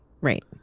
Right